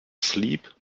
sleep